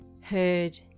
heard